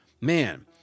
Man